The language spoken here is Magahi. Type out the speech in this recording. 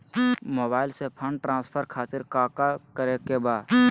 मोबाइल से फंड ट्रांसफर खातिर काका करे के बा?